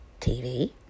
TV